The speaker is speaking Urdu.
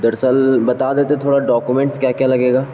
دراصل بتا دیتے تھوڑا ڈاکومینٹس کیا کیا لگے گا